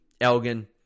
Elgin